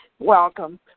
Welcome